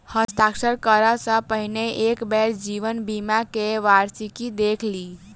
हस्ताक्षर करअ सॅ पहिने एक बेर जीवन बीमा के वार्षिकी देख लिअ